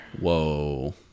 whoa